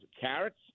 Carrots